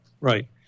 right